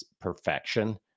perfection